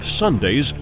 Sundays